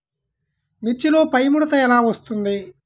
మిర్చిలో పైముడత ఎలా వస్తుంది?